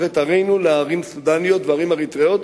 את ערינו לערים סודניות וערים אריתריאיות,